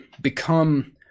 become